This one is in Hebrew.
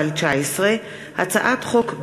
פ/1264/19 וכלה בהצעת חוק פ/ 1317/19,